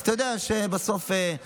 אז אתה יודע שבסוף המחוזות,